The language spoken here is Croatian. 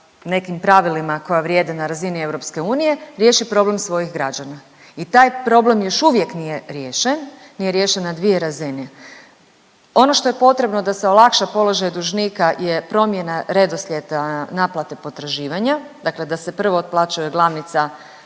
nekim pravilima koja vrijede na razini Europske unije riješi problem svojih građana. I taj problem još uvijek nije riješen. Nije riješen na dvije razine. Ono što je potrebno da se olakša položaj dužnika je promjena redoslijeda naplate potraživanja. Dakle, da se prvo otplaćuje glavnica,